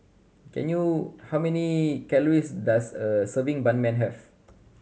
can you how many calories does a serving Ban Mian have